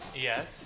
Yes